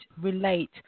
relate